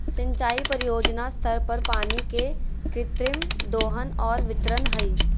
सिंचाई परियोजना स्तर पर पानी के कृत्रिम दोहन और वितरण हइ